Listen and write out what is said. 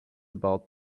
about